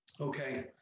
okay